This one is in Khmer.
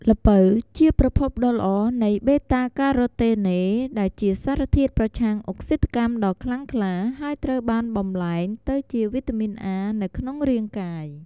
ល្ពៅជាប្រភពដ៏ល្អនៃ Beta-Carotene ដែលជាសារធាតុប្រឆាំងអុកស៊ីតកម្មដ៏ខ្លាំងក្លា ហើយត្រូវបានបំលែងទៅជា វីតាមីន A នៅក្នុងរាងកាយ។